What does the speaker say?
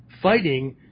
Fighting